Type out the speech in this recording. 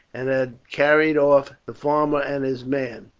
and had carried off the farmer and his man.